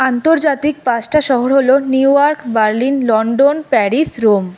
আন্তর্জাতিক পাঁচটা শহর হল New York Berlin London Paris Rome